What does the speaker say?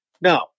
no